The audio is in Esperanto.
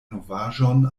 novaĵon